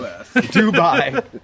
Dubai